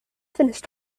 finished